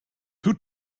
who